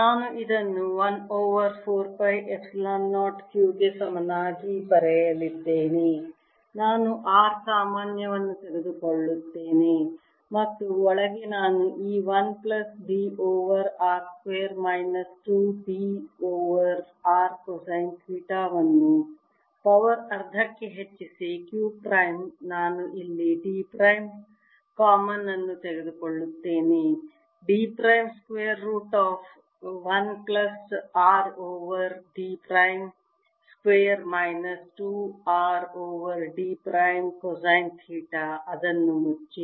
ನಾನು ಇದನ್ನು 1 over 4 pi epsilon 0 q ಗೆ ಸಮನಾಗಿ ಬರೆಯಲಿದ್ದೇನೆ ನಾನು r ಸಾಮಾನ್ಯ ವನ್ನು ತೆಗೆದುಕೊಳ್ಳುತ್ತೇನೆ ಮತ್ತು ಒಳಗೆ ನಾನು ಈ 1 plus d over r square minus 2 d over r cosine theta ವನ್ನು ಪವರ್ ಅರ್ಧಕ್ಕೆ ಹೆಚ್ಚಿಸಿ q ಪ್ರೈಮ್ ನಾನು ಇಲ್ಲಿ d ಪ್ರೈಮ್ ಕಾಮನ್ ಅನ್ನು ತೆಗೆದುಕೊಳ್ಳುತ್ತೇನೆ d prime square root 1 plus r over d prime square minus 2 r over d prime cosine theta ಅದನ್ನು ಮುಚ್ಚಿ